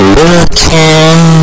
looking